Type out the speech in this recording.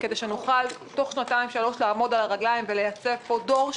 כדי שנוכל תוך שנתיים שלוש לעמוד על הרגליים ולייצר פה דור,